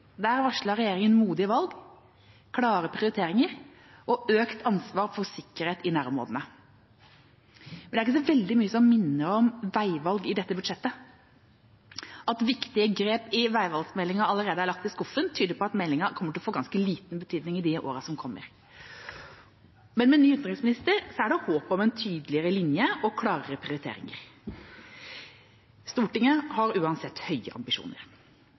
Der varslet regjeringa modige valg, klare prioriteringer og økt ansvar for sikkerhet i nærområdene. Men det er ikke så veldig mye som minner om veivalg i dette budsjettet. At viktige grep i veivalgsmeldinga allerede er lagt i skuffen, tyder på at meldinga kommer til å få ganske liten betydning i årene som kommer, men med ny utenriksminister er det håp om en tydeligere linje og klarere prioriteringer. Stortinget har uansett høye ambisjoner.